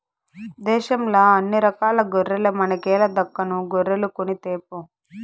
దేశంల అన్ని రకాల గొర్రెల మనకేల దక్కను గొర్రెలు కొనితేపో